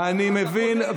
אני מבקש להשיב לדבריך.